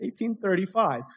1835